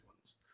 ones